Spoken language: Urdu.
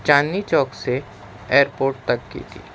چاندی چوک سے ایئرپورٹ تک کی تھی